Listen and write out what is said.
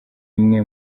imwe